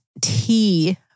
tea